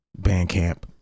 Bandcamp